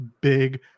big